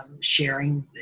sharing